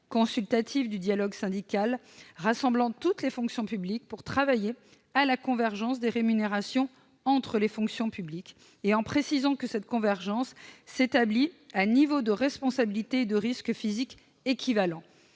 consultative du dialogue syndical rassemblant toutes les fonctions publiques, pour travailler à la convergence des rémunérations entre les fonctions publiques. Cette convergence, est-il précisé, s'établirait à un niveau de responsabilité et de risque physique équivalent.